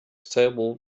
stable